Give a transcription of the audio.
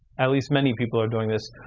at least many people are doing this,